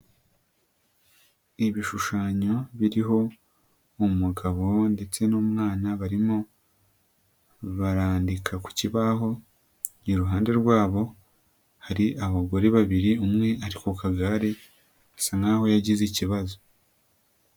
Ibishushanyo biriho umugabo ndetse n'umwana barimo barandika ku kibaho, iruhande rwabo hari abagore babiri umwe ari ku kagare asa nk'aho yagize ikibazo.